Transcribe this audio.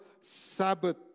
Sabbath